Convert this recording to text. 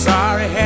Sorry